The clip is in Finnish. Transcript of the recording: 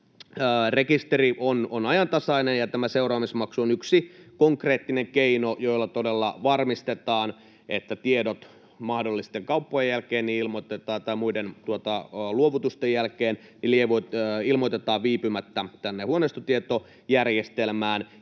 rekisteri on ajantasainen. Tämä seuraamusmaksu on yksi konkreettinen keino, jolla todella varmistetaan, että tiedot mahdollisten kauppojen jälkeen ilmoitetaan tai muiden luovutusten jälkeen